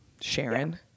Sharon